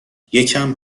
یکم